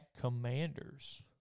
Commanders